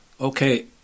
Okay